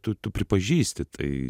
tu tu pripažįsti tai